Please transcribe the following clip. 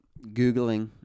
googling